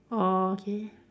orh okay